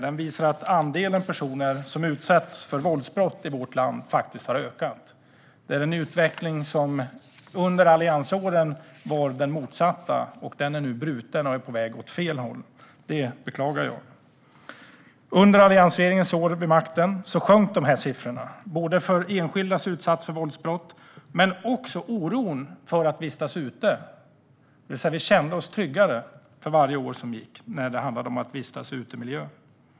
Den visar att andelen personer som utsätts för våldsbrott i vårt land har ökat. Den utveckling som under alliansåren var den motsatta är nu bruten och på väg åt fel håll. Det beklagar jag. Under alliansregeringens år vid makten sjönk siffrorna för enskildas utsatthet för våldsbrott men också oron för att vistas ute, det vill säga vi kände oss tryggare för varje år som gick när det handlade om att vistas i utemiljö.